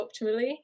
optimally